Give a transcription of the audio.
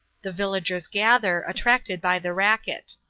the villagers gather, attracted by the racket.